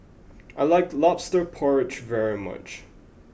I like Lobster Porridge very much